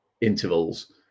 intervals